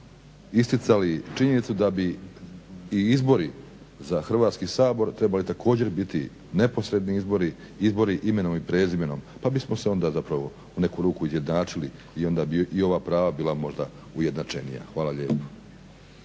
isticali činjenicu da bi i izbori za Hrvatski sabor trebali također biti neposredni izbori, izbori imenom i prezimenom pa bismo se onda zapravo u neku ruku izjednačili i onda bi i ova prava bila možda ujednačenija. Hvala lijepo.